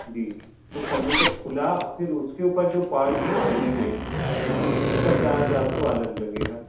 जी तो कमप्युटर खुला और फिर उसके ऊपर जो पार्ट्स डलेंगे उसका चार्ज आपको अलग लगेगा